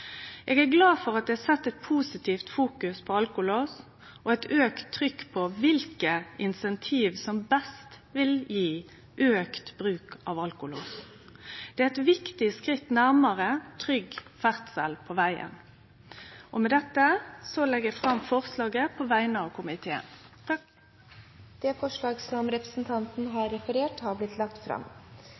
Eg er glad for at det er sett eit positivt fokus på alkolås og eit auka trykk på kva incentiv som best vil gje auka bruk av alkolås. Det er eit viktig skritt nærmare trygg ferdsel på vegen. Med dette legg eg fram innstillinga på vegner av komiteen.